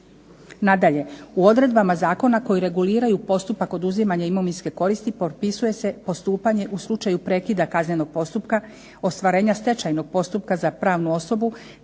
Nadalje, u odredbama zakona koji reguliraju postupak oduzimanja imovinske koristi propisuje se postupanje u slučaju prekida kaznenog postupka, ostvarenja stečajnog postupka za pravnu osobu,